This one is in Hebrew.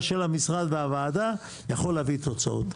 של המשרד והוועדה יכול להביא תוצאות.